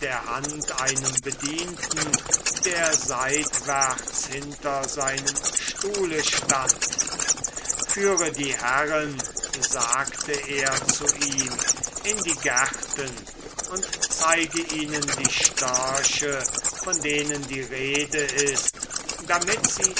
hand einem bedienten der seitwärts hinter seinem stuhle stand führe die herren sagte er zu ihm in die gärten und zeige ihnen die störche von denen die rede ist damit sie